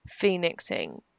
phoenixing